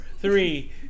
three